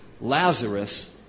Lazarus